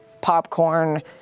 Popcorn